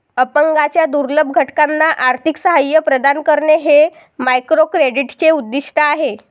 अपंगांच्या दुर्बल घटकांना आर्थिक सहाय्य प्रदान करणे हे मायक्रोक्रेडिटचे उद्दिष्ट आहे